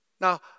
Now